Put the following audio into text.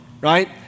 right